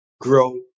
grow